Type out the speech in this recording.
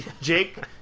Jake